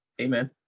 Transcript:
Amen